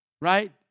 Right